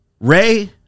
Ray